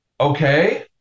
okay